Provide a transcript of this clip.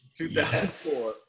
2004